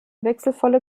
wechselvolle